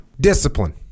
discipline